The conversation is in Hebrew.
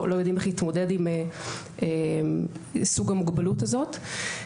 יודעים איך להתמודד עם סוג המוגבלות הזאת.